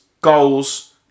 goals